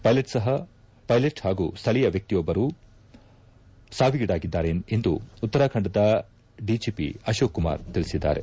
pilot ಸಹ pilot ಹಾಗೂ ಸ್ವಳೀಯ ವ್ಯಕ್ತಿಯೊಬ್ಬರು ಸಾವಿಗೀಡಾದರೆಂದು ಉತ್ತರಾಖಂಡದ ಡಿಜಿಪಿ ಅಶೋಕ್ ಕುಮಾರ್ ತಿಳಿಸಿದ್ದಾರೆ